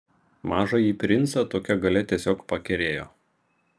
mažąjį princą tokia galia tiesiog pakerėjo